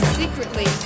secretly